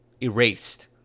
erased